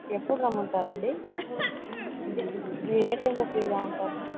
ఎప్పుడు రమ్మంటారండి మీరు ఏ టైంలో ఫ్రీగా ఉంటారు